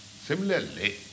Similarly